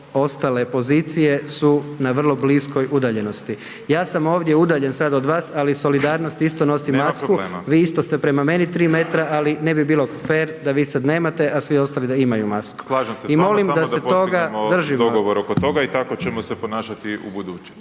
Slažem se s vama, samo da postignemo dogovor oko toga i tako ćemo se ponašati i ubuduće.